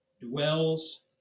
dwells